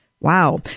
Wow